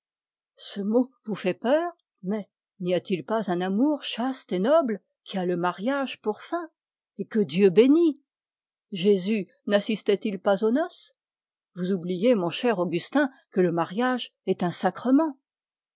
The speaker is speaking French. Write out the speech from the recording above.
ce mot vous fait peur mais n'y a-t-il pas un amour chaste et noble qui a le mariage pour fin et que dieu bénit jésus nassistait il pas aux noces vous oubliez mon cher augustin que le mariage est un sacrement